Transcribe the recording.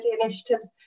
initiatives